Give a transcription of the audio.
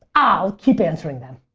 i'll keep answering them.